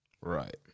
Right